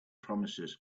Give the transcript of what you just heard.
promises